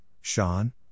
Sean